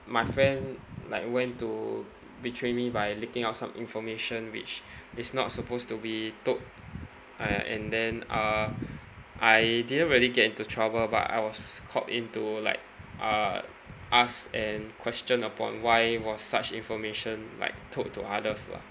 my friend like went to betray me by leaking out some information which is not supposed to be told uh and then uh I didn't really get into trouble but I was called in to like uh ask and questioned upon why was such information like told to others lah